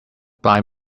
blind